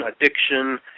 addiction